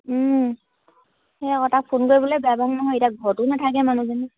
সেই তাক ফোন কৰিবলৈ নহয় এতিয়া ঘৰতো নাথাকে মানুহজনী